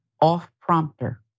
off-prompter